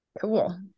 Cool